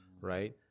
Right